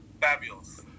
Fabulous